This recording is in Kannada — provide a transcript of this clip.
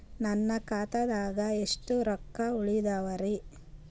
ನನ್ನ ಖಾತಾದಾಗ ಎಷ್ಟ ರೊಕ್ಕ ಉಳದಾವರಿ?